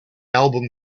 album